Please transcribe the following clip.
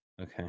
Okay